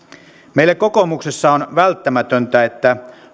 meille kokoomuksessa on välttämätöntä että